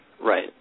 Right